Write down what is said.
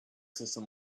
system